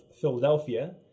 Philadelphia